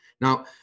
Now